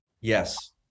Yes